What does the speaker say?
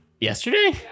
Yesterday